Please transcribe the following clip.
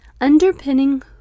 Underpinning